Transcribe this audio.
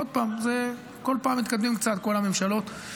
עוד פעם, כל פעם מתקדמים קצת, כל הממשלות.